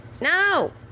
No